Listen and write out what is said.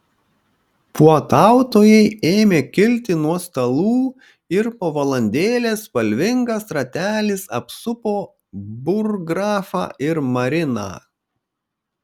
puotautojai ėmė kilti nuo stalų ir po valandėlės spalvingas ratelis apsupo burggrafą ir mariną